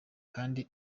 kandi